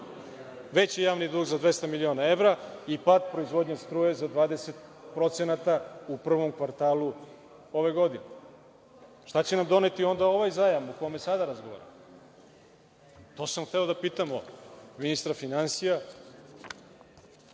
veći javni dug za 200 miliona evra i pad proizvodnje struje za 20% u prvom kvartalu ove godine. Šta će nam doneti onda ovaj zajam, o kome sada razgovaramo? To sam hteo da pitamo ministra finansija,